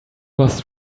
was